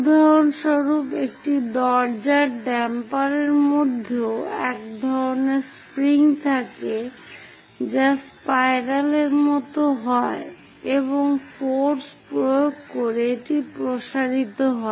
উদাহরণস্বরূপ একটি দরজার ড্যাম্পারের মধ্যেও এক ধরনের স্প্রিং থাকে যা স্পাইরাল এর মত হয় এবং ফোর্স প্রয়োগ করে এটি প্রসারিত হয়